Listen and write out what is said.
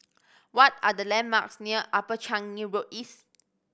what are the landmarks near Upper Changi Road East